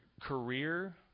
career